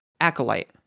acolyte